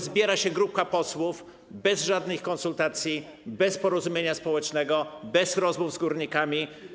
Zbiera się grupka posłów - bez żadnych konsultacji, bez porozumienia społecznego, bez rozmów z górnikami.